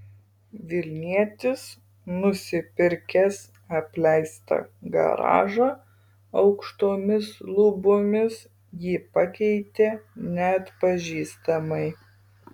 vilnietis nusipirkęs apleistą garažą aukštomis lubomis jį pakeitė neatpažįstamai